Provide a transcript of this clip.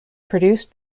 produced